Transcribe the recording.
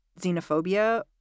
xenophobia